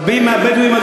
רבים מהבדואים,